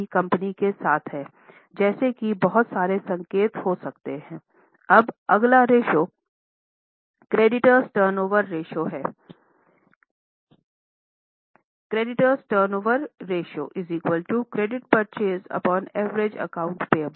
कुछ और रेश्यो हैं जैसे एजिंग स्टेटमेंट है